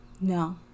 No